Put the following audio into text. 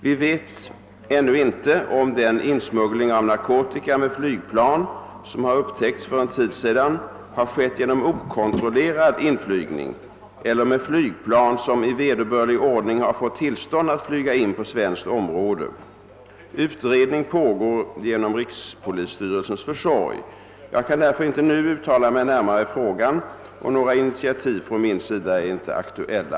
Vi vet ännu inte om den insmuggling av narkotika med flygplan som har upptäckts för en tid sedan har skett genom okontrollerad inflygning eller med flygplan som i vederbörlig ordning har fått tillstånd att flyga in på svenskt område. Utredning pågår genom rikspolisstyrelsens försorg. Jag kan därför inte nu uttala mig närmare i frågan. Några initiativ från min sida är inte aktuella.